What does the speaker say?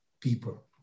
people